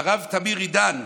הרב תמיר עידאן,